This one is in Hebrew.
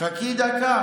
חכי דקה.